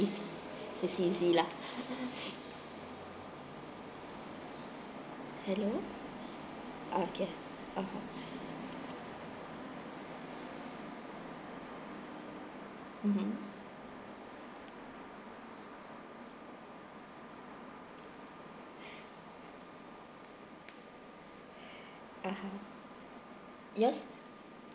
it's is easy lah hello ah can (uh huh) mmhmm (uh huh) yes